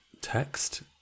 text